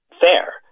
fair